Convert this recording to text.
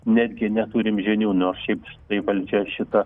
netgi neturim žinių nors šiaip tai valdžia šita